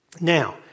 Now